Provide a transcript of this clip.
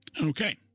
Okay